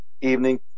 evening